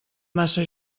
massa